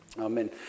Amen